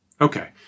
Okay